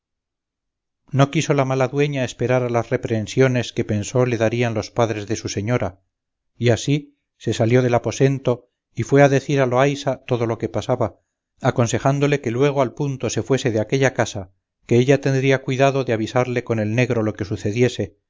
no quiso la mala dueña esperar a las reprehensiones que pensó le darían los padres de su señora y así se salió del aposento y fue a decir a loaysa todo lo que pasaba aconsejándole que luego al punto se fuese de aquella casa que ella tendría cuidado de avisarle con el negro lo que sucediese